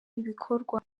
ibikorwa